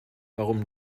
warum